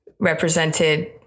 represented